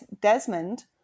desmond